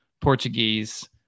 Portuguese